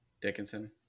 Dickinson